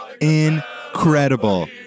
Incredible